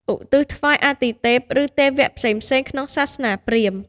ឧទ្ទិសថ្វាយអាទិទេព ឬទេវៈផ្សេងៗក្នុងសាសនាព្រាហ្មណ៍។